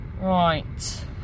right